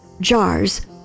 jars